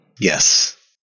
Yes